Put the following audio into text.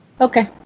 Okay